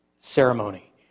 ceremony